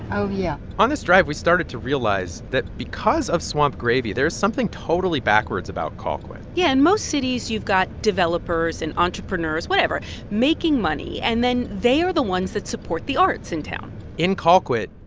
oh, yeah on this drive, we started to realize that because of swamp gravy, there is something totally backwards about colquitt yeah. in and most cities, you've got developers and entrepreneurs whatever making money. and then they are the ones that support the arts in town in colquitt,